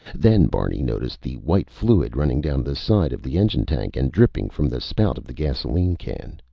then barney noticed the white fluid running down the side of the engine tank and dripping from the spout of the gasoline can.